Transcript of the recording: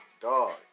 dog